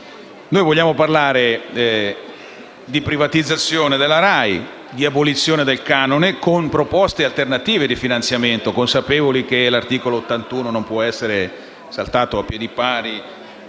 noi vogliamo parlare di privatizzazione della RAI, di abolizione del canone con proposte alternative di finanziamento (consapevoli che l'articolo 81 della Costituzione non può essere saltato a piè pari